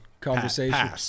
conversation